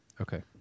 okay